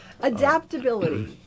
Adaptability